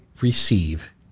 receive